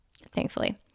thankfully